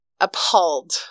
appalled